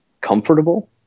comfortable